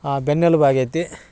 ಬೆನ್ನೆಲುಬು ಆಗೇತಿ